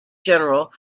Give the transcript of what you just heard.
general